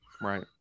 right